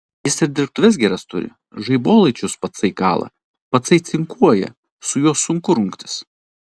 jis ir dirbtuves geras turi žaibolaidžius patsai kala patsai cinkuoja su juo sunku rungtis